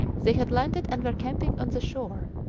they had landed and were camping on the shore,